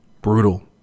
brutal